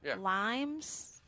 limes